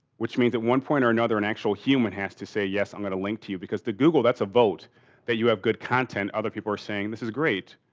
which means at one point or another an actual human has to say, yes, i'm going to link to you. because to google that's a vote that you have good content, other people are saying this is great,